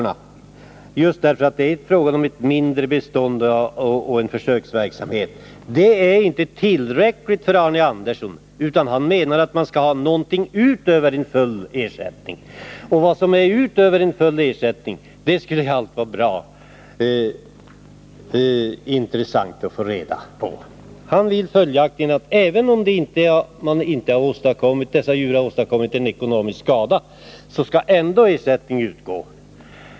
Vad som förvånar mig på det allra högsta är att detta inte är tillräckligt för Arne Andersson. Han menar att man skall ha någonting utöver full ersättning. Det skulle vara bra intressant att få reda på vad han menar med detta. Han vill att även om dessa djur inte åstadkommit ekonomisk skada skall ändå ersättning utgå.